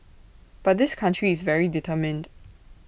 but this country is very determined